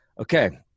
Okay